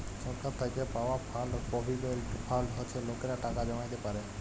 সরকার থ্যাইকে পাউয়া fund provident fund হছে লকেরা টাকা জ্যমাইতে পারে